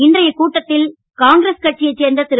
இன்றைய கூட்டத்தில் காங்கிஸ் கட்சியைச் சேர்ந்த திரு